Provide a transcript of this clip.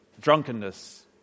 Drunkenness